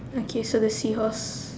okay so the seahorse